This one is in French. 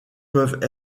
peuvent